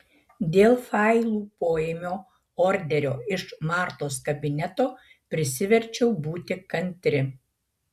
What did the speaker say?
dėl failų poėmio orderio iš martos kabineto prisiverčiau būti kantri